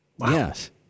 Yes